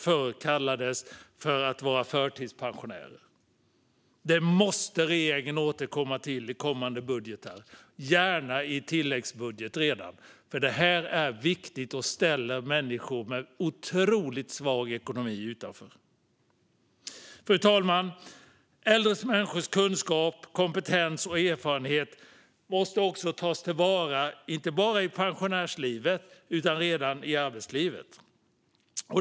Det handlar om dem som förr kallades förtidspensionärer. Detta måste regeringen återkomma till i kommande budgetar, och gärna redan i en tilläggsbudget. Det är nämligen viktigt; detta ställer människor med otroligt svag ekonomi utanför. Fru talman! Äldre människors kunskap, kompetens och erfarenhet måste tas till vara inte bara i pensionärslivet utan redan i arbetslivet.